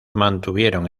mantuvieron